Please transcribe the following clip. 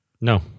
No